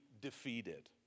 defeated